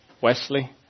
Wesley